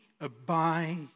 abide